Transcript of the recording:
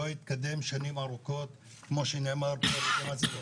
לא התקדם שנים ארוכות כמו שנאמר על ידי ח"כ מאזן גנאים,